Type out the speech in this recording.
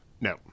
No